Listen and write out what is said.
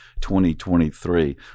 2023